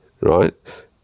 right